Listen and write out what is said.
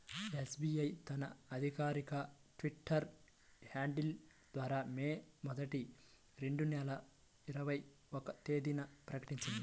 SBI తన అధికారిక Twitter handle ద్వారా మే మొదటి, రెండు వేల ఇరవై ఒక్క తేదీన ప్రకటించింది